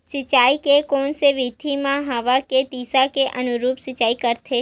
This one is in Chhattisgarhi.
सिंचाई के कोन से विधि म हवा के दिशा के अनुरूप सिंचाई करथे?